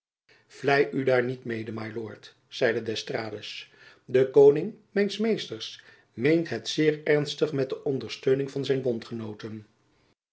vlei u daar niet mede my lord zeide d'estrades de koning mijn meester meent het zeer ernstig met de ondersteuning van zijn bondgenooten